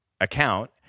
account